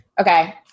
Okay